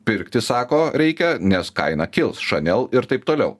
pirkti sako reikia nes kaina kils chanel ir taip toliau